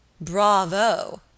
Bravo